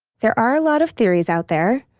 there are a lot of theories out there,